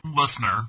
listener